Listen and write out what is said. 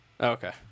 Okay